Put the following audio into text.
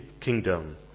kingdom